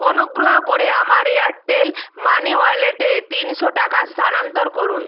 অনুগ্রহ করে আমার এয়ারটেল মানি ওয়ালেটে তিনশো টাকা স্থানান্তর করুন